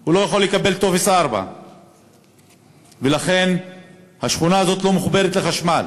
לא יכול לקבל טופס 4. לכן השכונה הזו לא מחוברת לחשמל,